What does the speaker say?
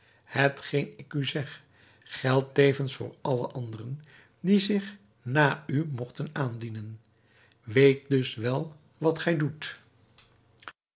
hetgeen ik u zeg geldt tevens voor alle anderen die zich na u mogten aanbieden weet dus wel wat gij doet